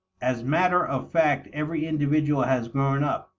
as matter of fact every individual has grown up,